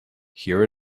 here